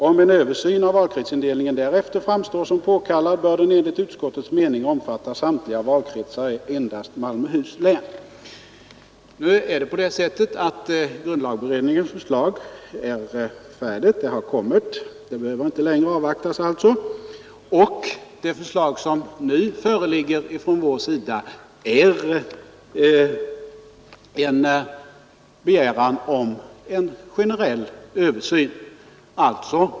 Om en översyn av valkretsindelningen därefter framstår som påkallad, bör den enligt utskottets mening omfatta samtliga valkretsar och ej endast Malmöhus län.” Nu har grundlagberedningen avlämnat sitt förslag. Det behöver alltså inte längre avvaktas. Och det förslag som nu föreligger från vår sida är en begäran om en generell översyn.